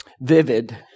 vivid